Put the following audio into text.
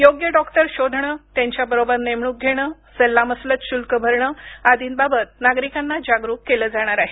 योग्य डॉक्टर शोधणे त्यांच्याबरोबर नेमणूक घेणे सल्लामसलत शुल्क भरणे आदींबाबत नागरिकांना जागरूक केलं जाणार आहे